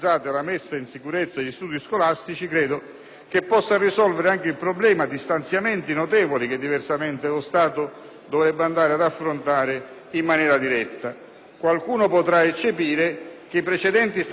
credo possa risolvere anche il problema di stanziamenti notevoli, che diversamente lo Stato dovrebbe andare ad affrontare in maniera diretta. Qualcuno potrà eccepire che i precedenti stanziamenti statali non sono stati tutti utilizzati